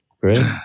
Great